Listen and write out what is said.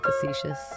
facetious